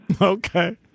Okay